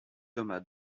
toma